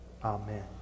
Amen